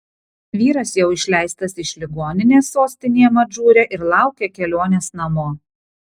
vyras jau išleistas iš ligoninės sostinėje madžūre ir laukia kelionės namo